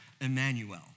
Emmanuel